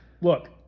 Look